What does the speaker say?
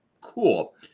cool